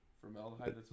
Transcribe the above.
Formaldehyde